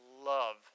love